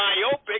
myopic